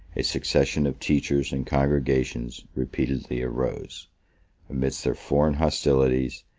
a succession of teachers and congregations repeatedly arose amidst their foreign hostilities,